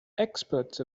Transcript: experts